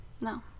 no